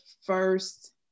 first